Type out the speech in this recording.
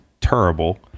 terrible